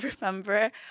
remember